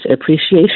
appreciation